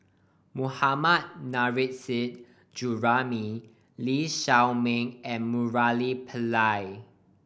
Mohammad Nurrasyid Juraimi Lee Shao Meng and Murali Pillai